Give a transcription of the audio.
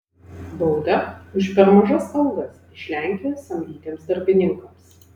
bauda už per mažas algas iš lenkijos samdytiems darbininkams